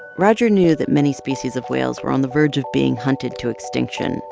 roger knew that many species of whales were on the verge of being hunted to extinction,